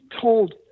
told